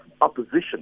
opposition